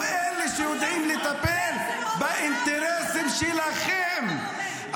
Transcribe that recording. מה למדינת ישראל עם נאצר שהלאים את התעלה בתוך גבולות מצרים?